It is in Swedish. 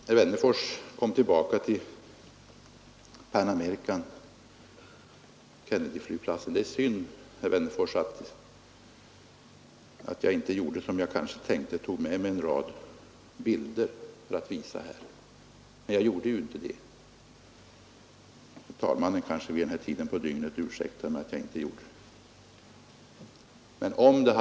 Herr Wennerfors kom tillbaka till Pan American Airways och Kennedyflygplatsen. Det är synd, herr Wennerfors, att jag inte gjorde som jag kanske tänkte och tog med mig en rad bilder för att visa här. Herr talmannen kanske vid den här tiden på dygnet ursäktar att jag inte gjorde det.